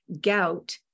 gout